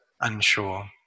unsure